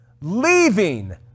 Leaving